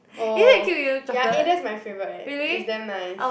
oh ya eh that's my favorite eh is damn nice